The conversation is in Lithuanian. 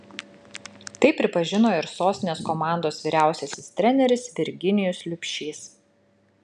tai pripažino ir sostinės komandos vyriausiasis treneris virginijus liubšys